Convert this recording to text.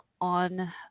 on